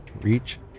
reach